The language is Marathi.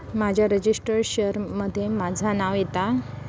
माझ्या रजिस्टर्ड शेयर मध्ये माझा नाव येता